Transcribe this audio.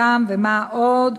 ומה עוד?